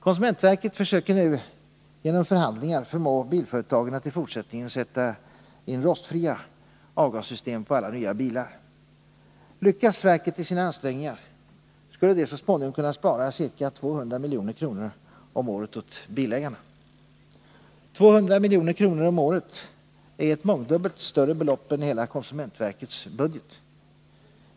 Konsumentverket försöker nu genom förhandlingar förmå bilföretagen att i fortsättningen sätta in rostfria avgassystem på alla nya bilar. Lyckas verket i sina ansträngningar skulle det så småningom kunna spara ca 200 milj.kr. om året åt bilägarna. 200 milj.kr. om året är ett mångdubbelt större belopp än hela konsumentverkets budget.